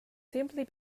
simply